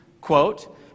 quote